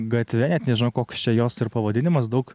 gatve net nežinau koks čia jos ir pavadinimas daug